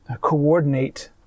coordinate